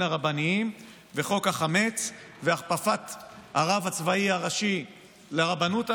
הרבניים וחוק החמץ והכפפת הרב הצבאי הראשי לרבנות הראשית,